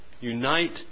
unite